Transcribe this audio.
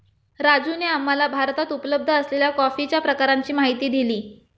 राजूने आम्हाला भारतात उपलब्ध असलेल्या कॉफीच्या प्रकारांची माहिती दिली